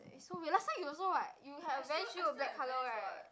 eh so last time you also what you have a Vans shoe black colour right